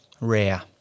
Rare